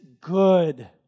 good